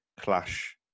clash